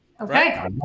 Okay